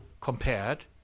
compared